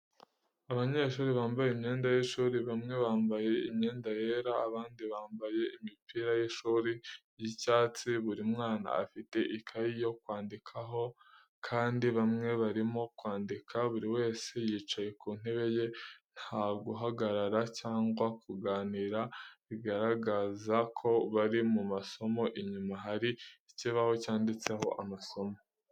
Abanyeshuri bambaye imyenda y’ishuri, bamwe bambaye imyenda yera, abandi bambaye imipira y’ishuri y’icyatsi. Buri mwana afite ikaye yo kwandikaho, kandi bamwe barimo kwandika. Buri wese yicaye ku ntebe ye, nta guhagarara cyangwa kuganira, bigaragaza ko bari mu masomo. Inyuma hari ikibaho cyanditseho amasomo.